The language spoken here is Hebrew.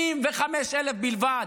75,000 בלבד,